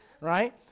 Right